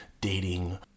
dating